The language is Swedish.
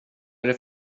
det